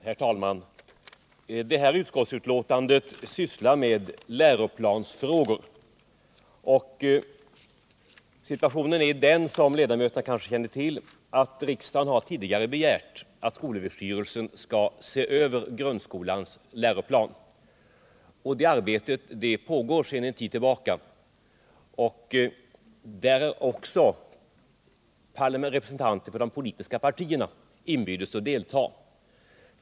Herr talman! Detta utskottsbetänkande sysslar med läroplansfrågor. Som ledamöterna kanske känner till har riksdagen tidigare begärt att SÖ skall se över grundskolans läroplan. Detta arbete pågår sedan en tid tillbaka. Representanter för de politiska partierna har inbjudits att delta.